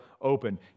open